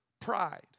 pride